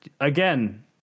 again